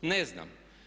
Ne znam.